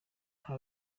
nta